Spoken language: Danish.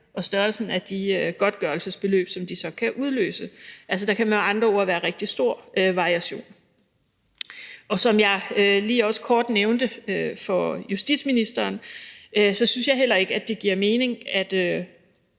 og størrelsen af de godtgørelsesbeløb, som de så kan udløse. Altså, der kan med andre ord være rigtig stor variation. Som jeg også lige kort nævnte for justitsministeren, synes jeg heller ikke, at det giver mening,